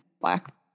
black